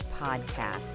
podcast